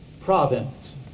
province